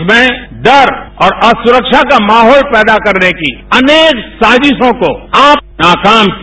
देश में डर और असुरक्षा का माहौल पैदा करने की अनेक साजिशों को आप नाकाम किया